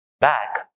back